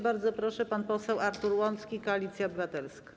Bardzo proszę, pan poseł Artur Łącki, Koalicja Obywatelska.